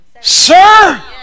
sir